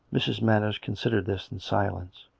mrs. manners considered this in silence.